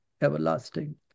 everlasting